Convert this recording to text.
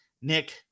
nick